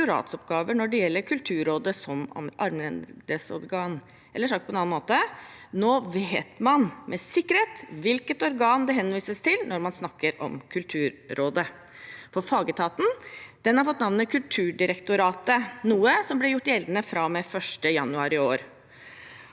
når det gjelder Kulturrådet som armlengdeorgan, eller sagt på en annen måte: Nå vet man med sikkerhet hvilket organ det henvises til når man snakker om Kulturrådet, for fagetaten har fått navnet Kulturdirektoratet, noe som ble gjort gjeldende fra og med 1. januar i år.